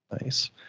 Nice